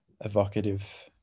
evocative